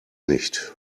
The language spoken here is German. nicht